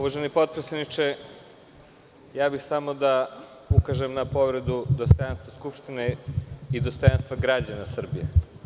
Uvaženi potpredsedniče, samo bih da ukažem na povredu dostojanstva Skupštine i dostojanstva građana Srbije.